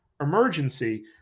emergency